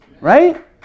Right